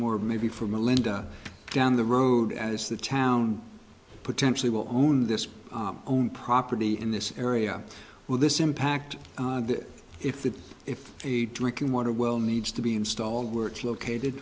more maybe for melinda down the road as the town potentially will own this own property in this area will this impact that if that if a drinking water well needs to be installed where it's located